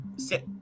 sit